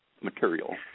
material